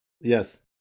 Yes